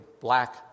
black